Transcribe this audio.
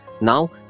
Now